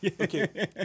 okay